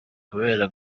kubera